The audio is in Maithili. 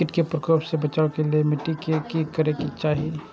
किट के प्रकोप से बचाव के लेल मिटी के कि करे के चाही?